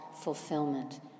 fulfillment